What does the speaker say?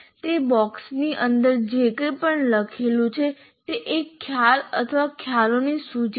તે બોક્સની અંદર જે કંઈ પણ લખેલું છે તે એક ખ્યાલ અથવા ખ્યાલોની સૂચિ છે